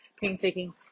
painstaking